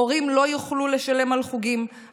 הורים לא יוכלו לשלם על חוגים,